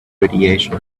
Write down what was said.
radiation